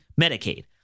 Medicaid